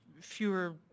fewer